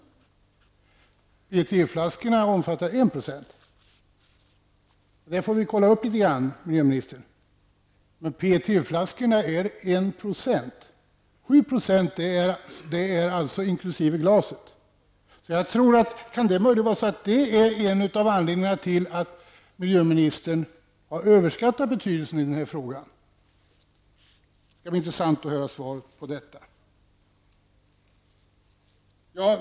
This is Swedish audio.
flaskorna utgör 1 %. Det får vi kolla upp, miljöministern. PET-flaskorna utgör 1 %. Det är 7 % inkl. glaset. Kan det vara en av anledningarna till att miljöministern har överskattat betydelsen av denna fråga? Det skall bli intressant att höra svaret på detta.